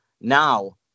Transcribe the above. now